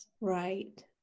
Right